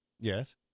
Yes